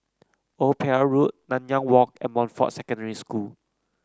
Old Pier Road Nanyang Walk and Montfort Secondary School